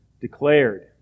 declared